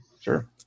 Sure